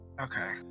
Okay